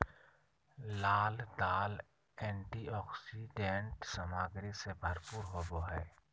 लाल दाल एंटीऑक्सीडेंट सामग्री से भरपूर होबो हइ